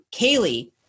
Kaylee